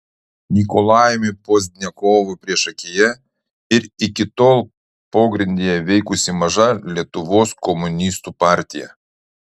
nikolajumi pozdniakovu priešakyje ir iki tol pogrindyje veikusi maža lietuvos komunistų partija